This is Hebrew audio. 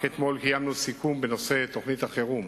רק אתמול קיימנו סיכום בנושא תוכנית החירום